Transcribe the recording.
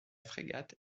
frégate